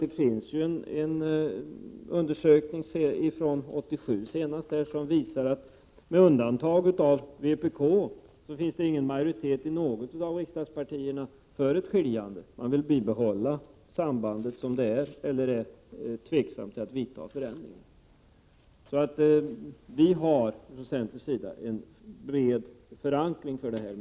En undersökning från 1987 visar att det, med undantag av vpk, inte finns majoritet i något av riksdagspartierna för ett skiljande. Man vill bibehålla sambandet som det är — eller är tveksam till att göra en förändring. Vi har från centerns sida en bred förankring för vårt förslag.